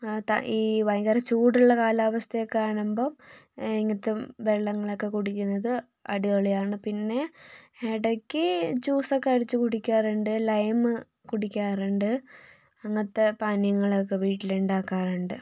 ഈ ഭയങ്കര ചൂടുള്ള കാലാവസ്ഥയൊക്കെ കാണുമ്പം ഇങ്ങനത്തെ വെള്ളങ്ങളൊക്കെ കൂടിക്കുന്നന്നത് അടിപൊളി ആണ് പിന്നെ ഇടക്ക് ജൂസ് ഒക്കെ അടിച്ച് കുടിക്കാറുണ്ട് ലൈമ് കുടിക്കാറുണ്ട് അങ്ങനത്തെ പാനീയങ്ങളൊക്കെ വീട്ടിലുണ്ടാക്കാറുണ്ട്